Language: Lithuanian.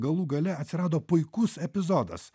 galų gale atsirado puikus epizodas